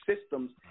systems